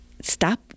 stop